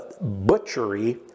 butchery